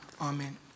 Amen